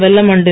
Vellamandi